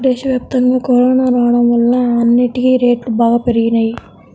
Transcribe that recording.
దేశవ్యాప్తంగా కరోనా రాడం వల్ల అన్నిటికీ రేట్లు బాగా పెరిగిపోయినియ్యి